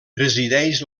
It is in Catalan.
presideix